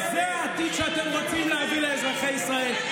זה העתיד שאתם רוצים להביא לאזרחי ישראל.